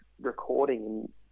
recording